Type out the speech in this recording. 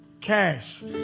cash